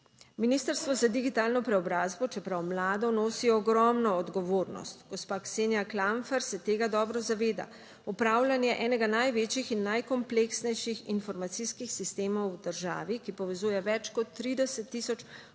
Ministrstvo za digitalno preobrazbo, čeprav mlado, nosi ogromno odgovornost, gospa Ksenija Klampfer se tega dobro zaveda. Upravljanje enega največjih in najkompleksnejših informacijskih sistemov v državi, ki povezuje več kot 30 tisoč